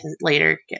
later